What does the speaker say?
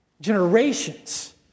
generations